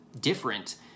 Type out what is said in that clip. different